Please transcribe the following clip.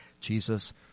Jesus